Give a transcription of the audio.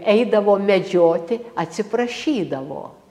eidavo medžioti atsiprašydavo